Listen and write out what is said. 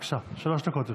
בבקשה, שלוש דקות לרשותך.